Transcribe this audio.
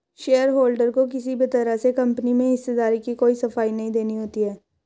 shareholder को किसी भी तरह से कम्पनी में हिस्सेदारी की कोई सफाई नहीं देनी होती है